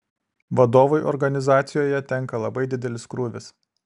vadovui organizacijoje tenka labai didelis krūvis